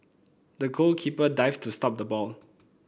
the goalkeeper dived to stop the ball